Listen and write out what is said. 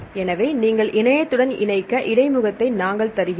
எனவே நீங்கள் இணையத்துடன் இணைக்க இடைமுகத்தை நாங்கள் தருகிறோம்